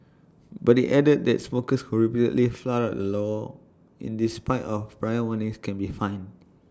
but IT added that smokers who repeatedly flout the law in the spite of prior warnings can be fined